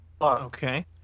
Okay